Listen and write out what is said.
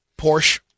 Porsche